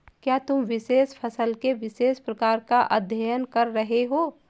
क्या तुम विशेष फसल के विशेष प्रकार का अध्ययन कर रहे हो?